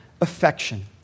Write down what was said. affection